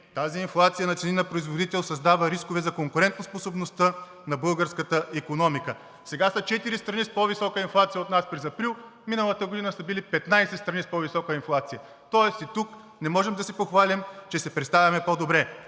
Тази инфлация на цени на производител създава рискове за конкурентоспособността на българската икономика. Сега са четири страни с по-висока инфлация от нас през месец април, миналата година са били 15 с по-висока инфлация. Тоест и тук не можем да се похвалим, че се представяме по-добре.